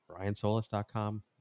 BrianSolis.com